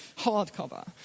hardcover